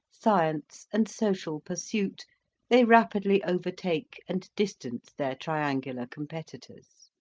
science, and social pursuit they rapidly overtake and distance their triangular competitors.